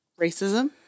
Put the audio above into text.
racism